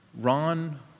Ron